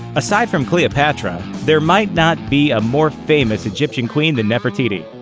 aside from cleopatra, there might not be a more famous egyptian queen than nefertiti.